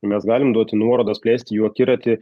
mes galim duoti nuorodas plėsti jų akiratį